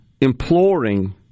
imploring